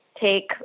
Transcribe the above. take